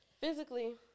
physically